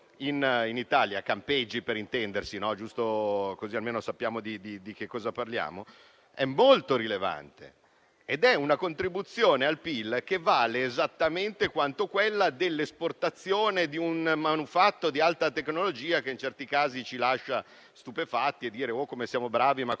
in Italia (campeggi, per intenderci, così almeno sappiamo di cosa parliamo) è molto rilevante e la contribuzione al PIL vale esattamente quanto quella dell'esportazione di un manufatto di alta tecnologia che in certi casi ci lascia stupefatti e ci fa dire quanto siamo bravi e quanto